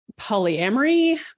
polyamory